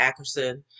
Ackerson